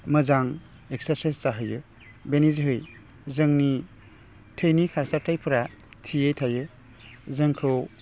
मोजां एकसार्साइस जाहोयो बेनि जोहै जोंनि थैनि खारसारथायफोरा थियै थायो जोंखौ